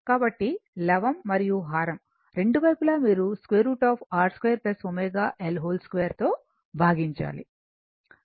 కాబట్టి లవం మరియు హారం రెండు వైపులా మీరు √ R 2 ω L 2 తో భాగించాలి